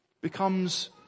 becomes